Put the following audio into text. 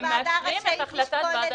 אתם מאשרים את החלטת --- גאל,